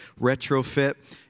retrofit